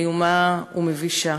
איומה ומבישה,